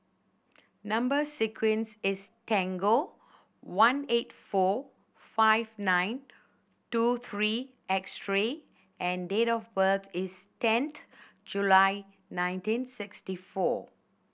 number sequence is tangle one eight four five nine two three X three and date of birth is ten July nineteen sixty four